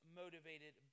motivated